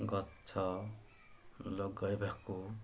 ଗଛ ଲଗେଇବାକୁ